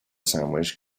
sandwich